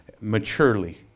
maturely